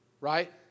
right